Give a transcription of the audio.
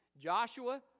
Joshua